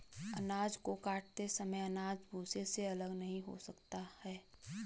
अनाज को काटते समय अनाज भूसे से अलग नहीं होता है